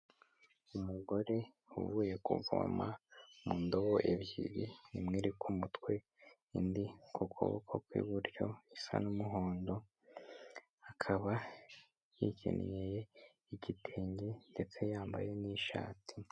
Umugore uvuye kuvoma mu ndobo ebyiri imwe iri ku mutwe indi ku kuboko kw'iburyo isa n'umuhondo, akaba yikenyeye igitenge ndetse yambaye n'ishati.